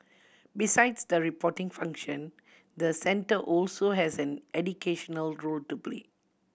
besides the reporting function the centre also has an educational role to play